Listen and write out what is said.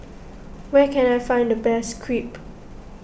where can I find the best Crepe